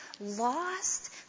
lost